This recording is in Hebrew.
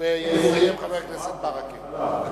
ויסיים חבר הכנסת ברכה.